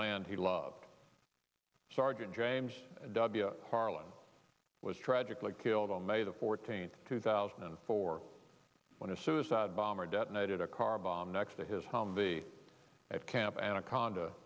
land he loved sergeant james wu harlan was tragically killed on may the fourteenth two thousand and four when a suicide bomber detonated a car bomb next to his humvee at camp anaconda